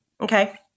Okay